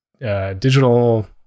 digital